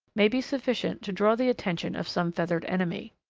may be sufficient to draw the attention of some feathered enemy.